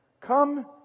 Come